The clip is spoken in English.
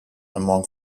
among